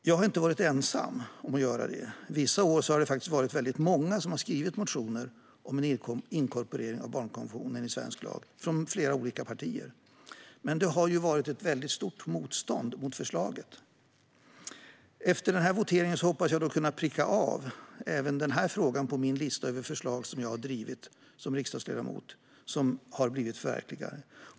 Jag har inte varit ensam om att göra detta. Vissa år har det varit många, från flera olika partier, som har skrivit motioner om en inkorporering av barnkonventionen i svensk lag, men det har funnits ett stort motstånd mot förslaget. Efter voteringen hoppas jag kunna pricka av även den här frågan på min lista över förslag som jag som riksdagsledamot har drivit och som har förverkligats.